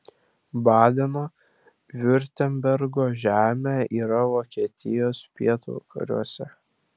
badeno viurtembergo žemė yra vokietijos pietvakariuose